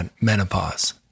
menopause